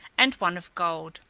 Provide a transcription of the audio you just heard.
and one of gold,